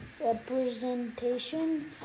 representation